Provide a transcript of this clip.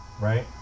Right